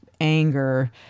anger